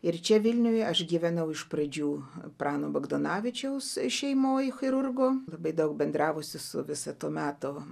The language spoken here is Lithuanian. ir čia vilniuje aš gyvenau iš pradžių prano bagdonavičiaus šeimoj chirurgo labai daug bendravusi su visa to meto